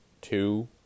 two